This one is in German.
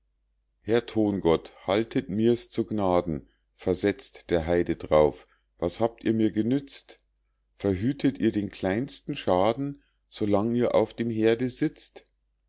herr thongott haltet mir's zu gnaden versetzt der heide d'rauf was habt ihr mir genützt verhütet ihr den kleinsten schaden so lang ihr auf dem herde sitzt